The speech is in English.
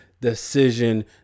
decision